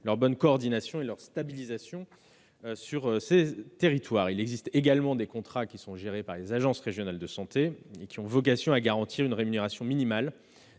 leur bonne coordination et leur stabilisation sur ces territoires. Par ailleurs, des contrats gérés par les agences régionales de santé ont vocation à garantir une rémunération minimale